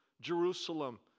Jerusalem